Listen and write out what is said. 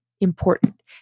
important